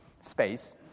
space